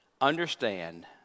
understand